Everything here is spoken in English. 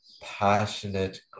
passionate